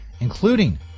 including